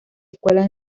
escuelas